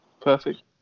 Perfect